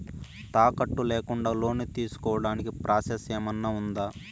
తాకట్టు లేకుండా లోను తీసుకోడానికి ప్రాసెస్ ఏమన్నా ఉందా?